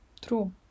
True